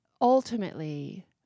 Ultimately